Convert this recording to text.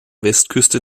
westküste